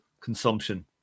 consumption